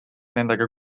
nendega